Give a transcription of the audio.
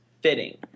fitting